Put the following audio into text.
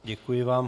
Děkuji vám.